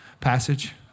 passage